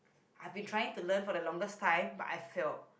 I've been trying to learn for the longest time but I failed